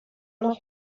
noch